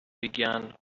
began